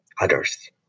others